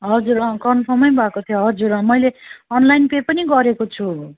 हजुर अँ कन्फर्मै भएको थियो हजुर अँ मैले अनलाइन पे पनि गरेको छु